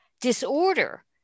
disorder